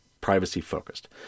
privacy-focused